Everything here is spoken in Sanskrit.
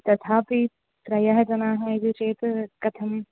तथापि त्रयः जनाः इति चेत् कथम्